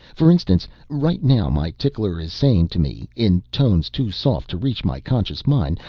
for instance, right now my tickler is saying to me in tones too soft to reach my conscious mind,